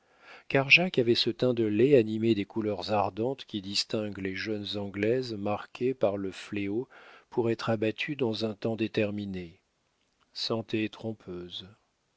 car jacques avait ce teint de lait animé des couleurs ardentes qui distinguent les jeunes anglaises marquées par le fléau pour être abattues dans un temps déterminé santé trompeuse